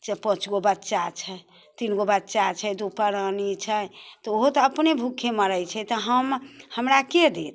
चारि पाँच गो बच्चा छै तीन गो बच्चा छै दू परानी छै तऽ ओहो तऽ अपने भूखे मरै छै तऽ हमराके देत